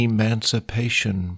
Emancipation